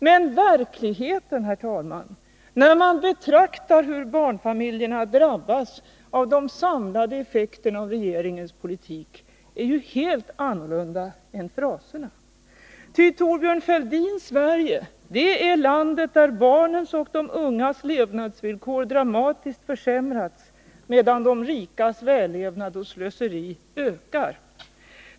Men verkligheten, herr talman, för barnfamiljerna, som drabbats av de samlade effekterna av regeringens politik, är ju en helt annan än fraserna. Thorbjörn Fälldins Sverige är landet där barnens och de ungas levnadsvillkor dramatiskt försämrats, medan de rikas vällevnad och slöseri ökar.